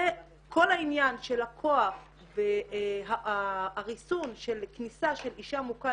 זה כל העניין של הכוח והריסון של כניסה של אישה מוכה